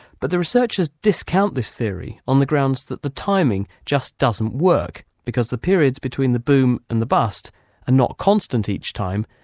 but the researchers discount this theory on the grounds that the timing just doesn't work, because the periods between the boom and the bust are not constant each time,